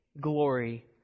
glory